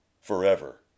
forever